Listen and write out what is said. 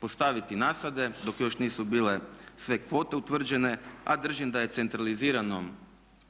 postaviti nasade dok još nisu bile sve kvote utvrđene a držim da je